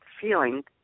feeling